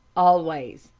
always,